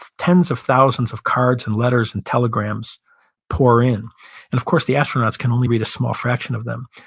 tens of thousands of cards and letters and telegrams pour in and of course the astronauts can only read a small fraction of them.